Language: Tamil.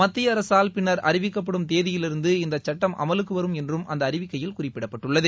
மத்திய அரசால் பின்னா் அறிவிக்கப்படும் தேதியிலிருந்து இந்தச்சுட்டம் அமலுக்கு வரும் என்று அந்த அறிவிக்கையில் குறிப்பிடப்பட்டுள்ளது